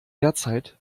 derzeit